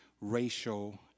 racial